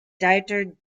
dieter